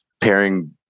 pairing